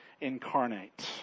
incarnate